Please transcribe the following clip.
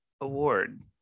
award